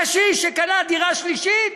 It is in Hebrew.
קשיש שקנה דירה שלישית,